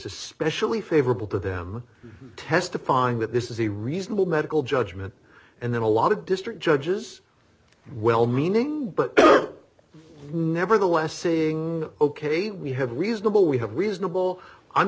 especially favorable to them testifying that this is a reasonable medical judgment and then a lot of district judges well meaning but nevertheless seeing ok we have reasonable we have reasonable i'm